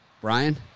Brian